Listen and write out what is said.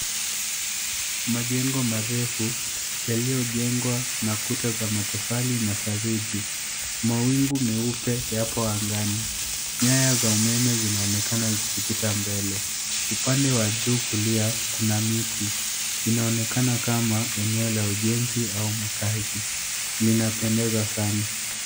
Majengo marefu, yaliyojengwa na kuta za matofali na saruji. Mawingu meupe yapo angani. Nyaya za umeme zinaonekana zikipita mbele. Upande wa juu kulia kuna miti. Inaonekana kama eneo la ujenzi au makazi. Linapendeza sana.